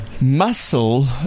muscle